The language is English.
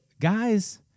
guys